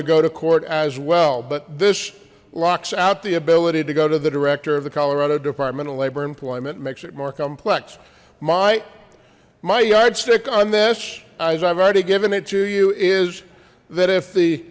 to go to court as well but this locks out the ability to go to the director of the colorado department of labor employment makes it more complex my my yardstick on this as i've already given it to you is that if the